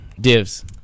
Divs